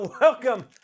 Welcome